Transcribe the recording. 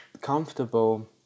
comfortable